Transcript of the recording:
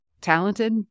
talented